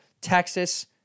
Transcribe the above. Texas